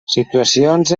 situacions